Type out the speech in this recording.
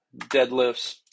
deadlifts